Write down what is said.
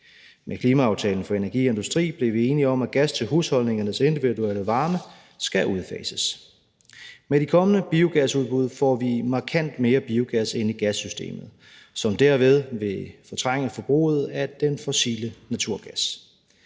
Med klimaaftalen for energi og industri blev vi enige om, at gas til husholdningernes individuelle varme skal udfases. Med de kommende biogasudbud får vi markant mere biogas ind i gassystemet, som derved vil fortrænge forbruget af den fossile naturgas.